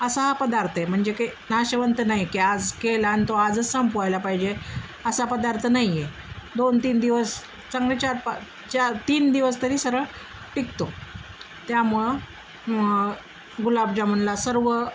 असा हा पदार्थ आहे म्हणजे क नाशवंत नाही की आज केला आणि तो आजच संपवायला पाहिजे असा पदार्थ नाही आहे दोन तीन दिवस चांगले चार पा चार तीन दिवस तरी सरळ टिकतो त्यामुळं गुलाबजामुनला सर्व